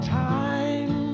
time